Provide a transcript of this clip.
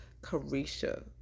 Carisha